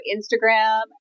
Instagram